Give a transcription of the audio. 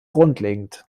grundlegend